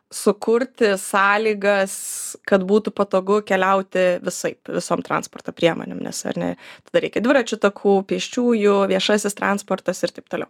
sukurti sąlygas kad būtų patogu keliauti visaip visom transporto priemonėm nes ar ne tada reikia dviračių takų pėsčiųjų viešasis transportas ir taip toliau